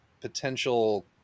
potential